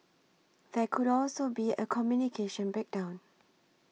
there could also be a communication breakdown